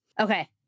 Okay